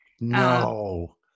No